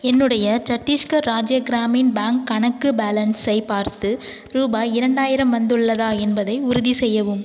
என்னுடைய சட்டீஸ்கர் ராஜ்ய கிராமின் பேங்க் கணக்கு பேலன்ஸை பார்த்து ரூபாய் இரண்டாயிரம் வந்துள்ளதா என்பதை உறுதிசெய்யவும்